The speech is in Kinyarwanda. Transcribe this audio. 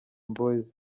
boyz